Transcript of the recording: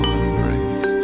embrace